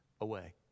away